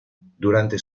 durante